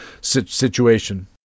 situation